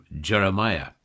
Jeremiah